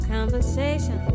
Conversation